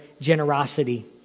generosity